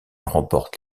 remporte